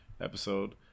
episode